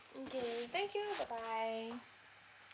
okay thank you bye bye